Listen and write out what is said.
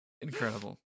Incredible